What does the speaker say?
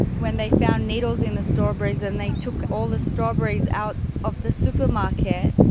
when they found needles in the strawberries and they took all the strawberries out of the supermarket,